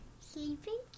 Sleeping